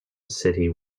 city